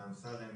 מאמסלם,